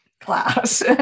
class